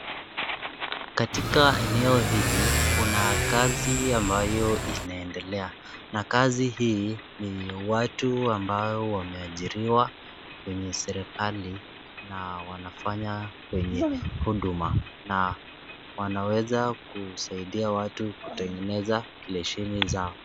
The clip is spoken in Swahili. Katika eneo hili kuna kazi ambayo inaendelea. Na kazi hii ni watu ambao wameajiriwa kwenye serikali na wanafanya kwenye huduma na wanaweza kusaidia watu kutengeneza leseni zao.